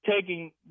taking